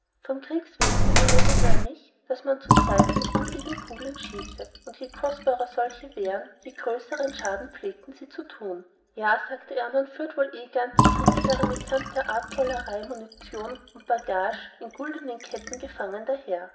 vom kriegswesen überredte er mich daß man zuzeiten mit güldenen kugeln schieße und je kostbarer solche wären je größern schaden pflegten sie zu tun ja sagte er man führet wohl eh ganze kriegsheere mitsamt der artollerei munition und bagage in güldenen ketten gefangen daher